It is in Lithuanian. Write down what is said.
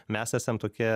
mes esam tokie